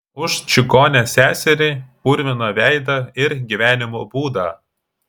už čigonę seserį purviną veidą ir gyvenimo būdą